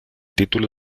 título